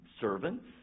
servants